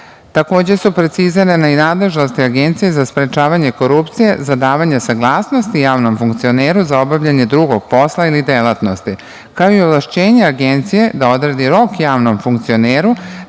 su precizirane i nadležnosti Agencije za sprečavanje korupcije za davanje saglasnosti javnom funkcioneru za obavljanje drugog posla ili delatnosti, kao i ovlašćenja Agencije da odredi rok javnom funkcioneru